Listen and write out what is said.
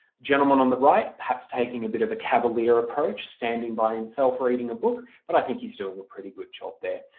gentleman on the right perhaps taking a bit of a cavalier approach, standing by himself reading a book but i think he's doing a pretty good job there.